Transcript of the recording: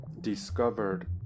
discovered